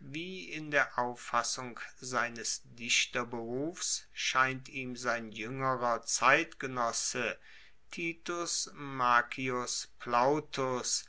wie in der auffassung seines dichterberufs scheint ihm sein juengerer zeitgenosse titus maccius plautus